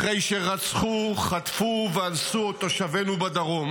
אחרי שרצחו, חטפו ואנסו את תושבינו בדרום,